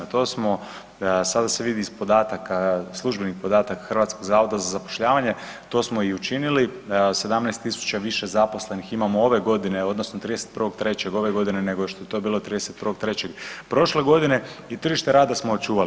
To smo sada se vidi iz podataka, službenih podataka HZZZ-a, to smo i učinili, 17 000 više zaposlenih imamo ove godine, odnosno 31. 3. ove godine nego što je to bilo 31. 3. prošle godine i tržište rada smo očuvali.